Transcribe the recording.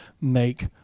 make